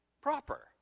proper